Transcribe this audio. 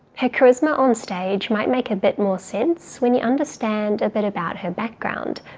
her charisma on stage might make a bit more sense when you understand a bit about her background.